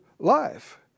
life